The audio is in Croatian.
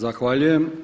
Zahvaljujem.